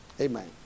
Amen